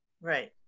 Right